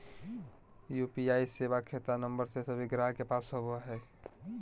UPI सेवा खता नंबर सभे गाहक के पास होबो हइ